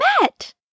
met